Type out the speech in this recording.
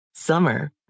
Summer